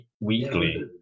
weekly